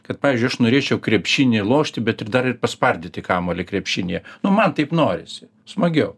kad pavyzdžiui aš norėčiau krepšinį lošti bet ir dar ir paspardyti kamuolį krepšinyje nu man taip norisi smagiau